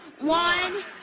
one